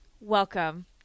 Welcome